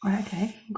Okay